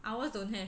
ours don't have